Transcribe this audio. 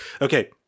Okay